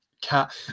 Cat